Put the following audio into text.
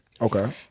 Okay